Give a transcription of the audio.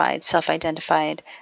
self-identified